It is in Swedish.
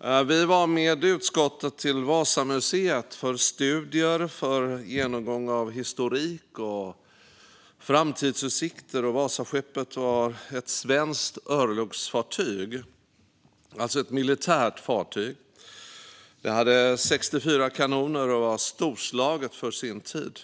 Vi har varit med utskottet till Vasamuseet för studier - för genomgång av historik och framtidsutsikter. Vasaskeppet var ett svenskt örlogsfartyg, alltså ett militärt fartyg. Det hade 64 kanoner och var storslaget för sin tid.